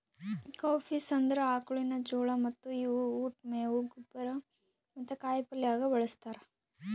cowpeas ಅಂದುರ್ ಆಕುಳಿನ ಜೋಳ ಮತ್ತ ಇವು ಉಟ್, ಮೇವು, ಗೊಬ್ಬರ ಮತ್ತ ಕಾಯಿ ಪಲ್ಯ ಆಗ ಬಳ್ಸತಾರ್